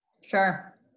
Sure